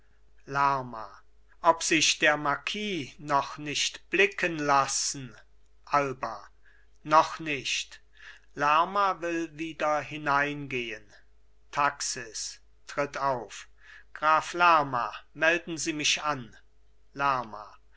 ob sich der marquis noch nicht blicken lassen alba noch nicht lerma will wieder hineingehen taxis tritt auf graf lerma melden sie mich an lerma